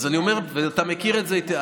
אז אני אומר, אתה מכיר את זה היטב.